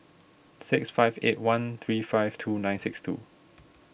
six five eight one three five two nine six two